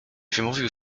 wymówił